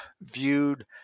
viewed